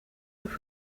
now